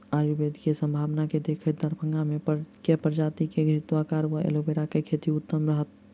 आयुर्वेद केँ सम्भावना केँ देखैत दरभंगा मे केँ प्रजाति केँ घृतक्वाइर वा एलोवेरा केँ खेती उत्तम रहत?